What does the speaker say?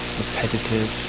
repetitive